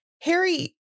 Harry